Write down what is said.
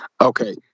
Okay